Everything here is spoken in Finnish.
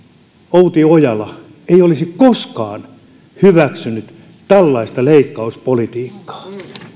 outi ojala ei olisi koskaan hyväksynyt tällaista leikkauspolitiikkaa